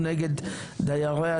אני שמחה לפתוח את הדיון